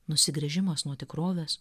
nusigręžimas nuo tikrovės